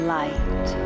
light